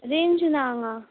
range ना हांगा